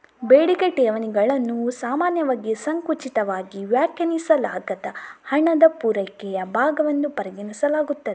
ಬೇಡಿಕೆ ಠೇವಣಿಗಳನ್ನು ಸಾಮಾನ್ಯವಾಗಿ ಸಂಕುಚಿತವಾಗಿ ವ್ಯಾಖ್ಯಾನಿಸಲಾದ ಹಣದ ಪೂರೈಕೆಯ ಭಾಗವೆಂದು ಪರಿಗಣಿಸಲಾಗುತ್ತದೆ